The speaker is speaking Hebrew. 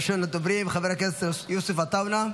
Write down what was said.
ראשון הדוברים, חבר הכנסת יוסף עטאונה,